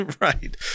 Right